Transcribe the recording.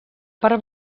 part